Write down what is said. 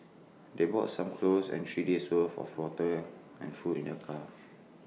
they brought some clothes and three days' worth of water and food in their car